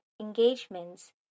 engagements